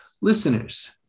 Listeners